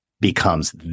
becomes